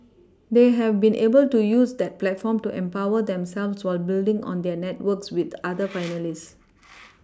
they have been able to use that platform to empower themselves while building on their networks with other finalists